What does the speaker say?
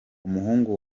umuhungu